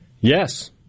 yes